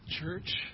Church